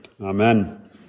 Amen